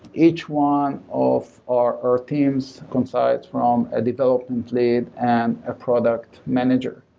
each one of our our teams coincides from a development lead and a product manager.